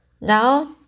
now